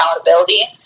accountability